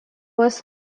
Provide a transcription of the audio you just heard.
was